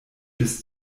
bis